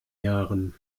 jahren